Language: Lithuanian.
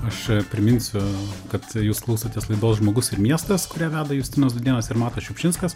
aš priminsiu kad jūs klausotės laidos žmogus ir miestas kurią veda justinas dūdėnas ir matas šiupšinskas